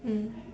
mm